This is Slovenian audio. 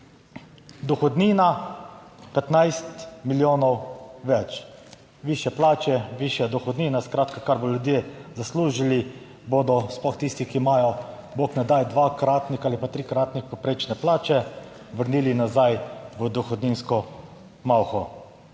Dohodnina, 15 milijonov več, višje plače, višja dohodnina, skratka, kar bodo ljudje zaslužili bodo sploh tisti, ki imajo, bog ne daj, dvakratnik ali pa trikratnik povprečne plače, vrnili nazaj v dohodninsko malho.